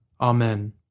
Amen